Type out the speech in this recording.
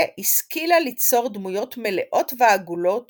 שהשכילה ליצור דמויות מלאות ועגולות